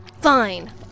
fine